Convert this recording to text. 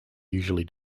usually